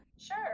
Sure